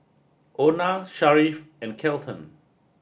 Ona Sharif and Kelton